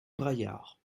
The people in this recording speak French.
braillard